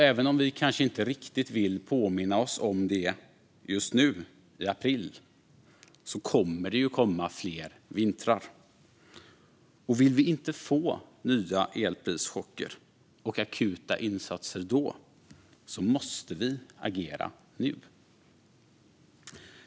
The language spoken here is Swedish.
Även om vi kanske inte riktigt vill påminna oss om det just nu, i april, kommer det ju fler vintrar, och vill vi inte få nya elprischocker och akuta insatser då måste vi agera nu.